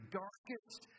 darkest